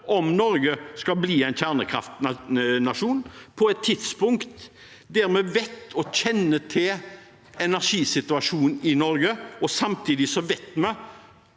om Norge skal bli en kjernekraftnasjon – på et tidspunkt der vi vet mer og kjenner energisituasjonen i Norge og samtidig har